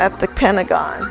at the pentagon